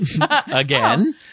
again